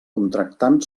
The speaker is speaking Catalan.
contractant